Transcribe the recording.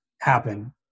happen